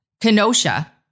Kenosha